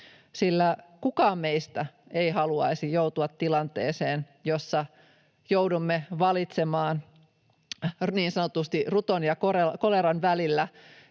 Kukaan meistä ei haluaisi joutua tilanteeseen, jossa joudumme valitsemaan niin sanotusti ruton ja koleran välillä